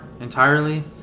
Entirely